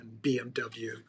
BMW